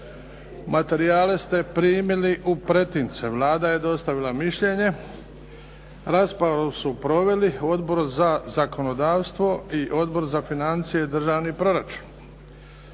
Materijale ste primili u pretince. Vlada je dostavila mišljenje. Raspravu su proveli Odbor za zakonodavstvo i Odbor za financije i državni proračun.